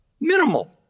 minimal